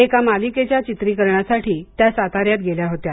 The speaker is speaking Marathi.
एका मालिकेच्या चित्रीकरणासाठी त्या साताऱ्यात गेल्या होत्या